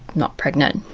not pregnant.